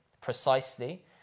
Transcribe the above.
precisely